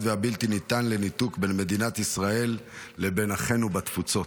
והבלתי-ניתן לניתוק בין מדינת ישראל לבין אחינו בתפוצות.